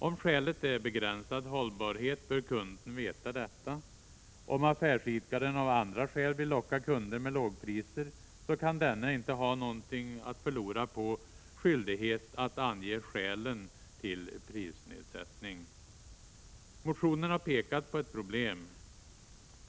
Om skälet är begränsad hållbarhet, bör kunden veta detta. Om affärsidkaren av andra skäl vill locka kunder med lågpriser, kan denne inte ha något att förlora på en skyldighet att ange skälen till prisnedsättning. Motionen har pekat på ett problem.